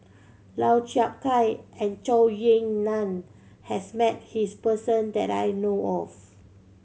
Lau Chiap Khai and Zhou Ying Nan has met this person that I know of